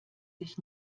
sich